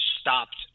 stopped